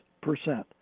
percent